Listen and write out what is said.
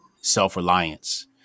self-reliance